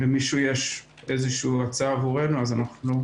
אם למישהו יש איזו הצעה עבורנו אז אנחנו נשמח לשמוע.